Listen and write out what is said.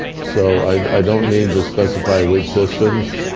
so i don't need to specify which systems.